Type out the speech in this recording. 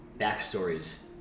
Backstories